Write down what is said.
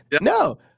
no